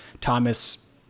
Thomas